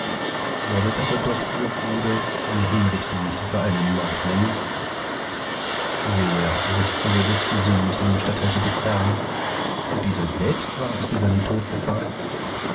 wollet aber doch lieber bruder seine hinrichtung nicht etwa einen mord nennen schwer hatte sich cyrillus versündigt an dem statthalter des herrn und dieser selbst war es der seinen tod befahl